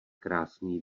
krásný